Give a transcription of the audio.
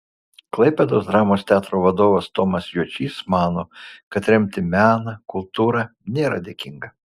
klaipėdos dramos teatro vadovas tomas juočys mano kad remti meną kultūrą nėra dėkinga